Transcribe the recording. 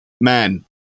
man